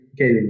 okay